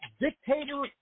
dictator